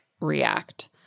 React